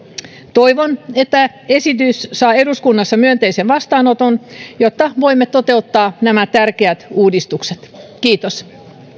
toivon että esitys saa eduskunnassa myönteisen vastaanoton jotta voimme toteuttaa nämä tärkeät uudistukset kiitos